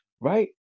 right